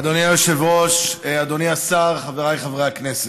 אדוני היושב-ראש, אדוני השר, חבריי חברי הכנסת,